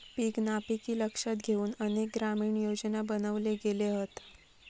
पीक नापिकी लक्षात घेउन अनेक ग्रामीण योजना बनवले गेले हत